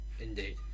indeed